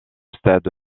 stade